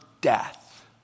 death